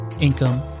income